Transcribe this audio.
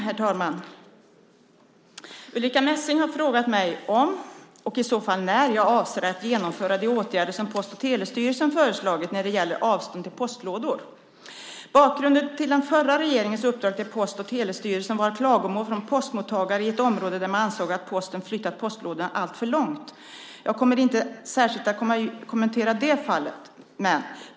Herr talman! Ulrica Messing har frågat mig om, och i så fall när, jag avser att genomföra de åtgärder som Post och telestyrelsen föreslagit när det gäller avstånd till postlådor. Bakgrunden till den förra regeringens uppdrag till Post och telestyrelsen var klagomål från postmottagare i ett område där man ansåg att Posten flyttat postlådorna alltför långt. Jag kommer inte att särskilt kommentera det fallet.